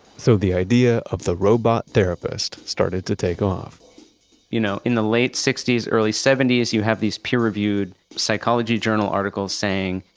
so the idea of the robot therapist started to take off you know, in the late sixty s, early seventy s, you have these peer reviewed psychology journal articles saying,